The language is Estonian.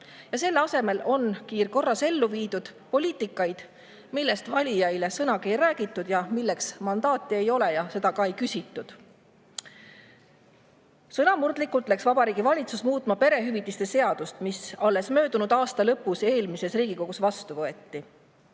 ja selle asemel on kiirkorras ellu viinud poliitikat, millest valijatele sõnagi ei räägitud ning milleks mandaati ei ole ja seda ka ei küsitud. Sõnamurdlikult läks Vabariigi Valitsus muutma perehüvitiste seadust, mis alles möödunud aasta lõpus eelmises Riigikogu [koosseisus] vastu võeti.